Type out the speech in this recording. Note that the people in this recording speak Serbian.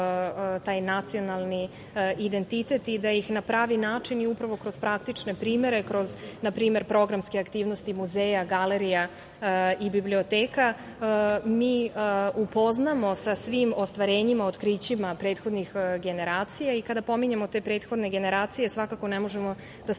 taj nacionalni identitet i da ih na pravi način i upravo kroz praktične primere, kroz npr. programske aktivnosti muzeja, galerija i biblioteka upoznamo sa svim ostvarenjima, otkrićima od prethodnih generacija i kada pominjemo te prethodne generacije svakako ne možemo da spomenemo